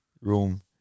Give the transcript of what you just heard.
room